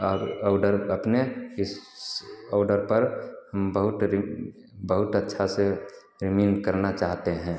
और अउडर अपने इस ओडर पर बहुत रिम बहुत अच्छा से रिमीन करना चाहते हैं